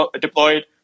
deployed